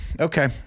Okay